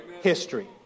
History